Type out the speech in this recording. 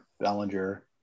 bellinger